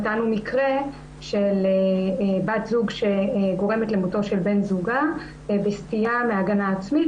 נתנו מקרה של בת זוג שגורמת למותו של בן זוגה בסטייה מהגנה עצמית,